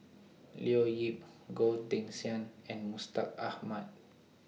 Leo Yip Goh Teck Sian and Mustaq Ahmad